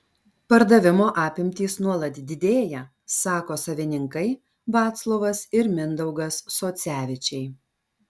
pardavimo apimtys nuolat didėja sako savininkai vaclovas ir mindaugas socevičiai